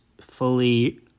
fully